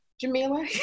Jamila